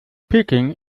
peking